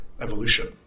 evolution